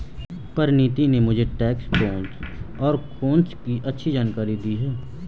परिनीति ने मुझे tax pros और कोन्स की अच्छी जानकारी दी है